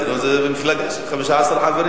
1. מה ייעשה כדי להגן על האזרחים בנושא?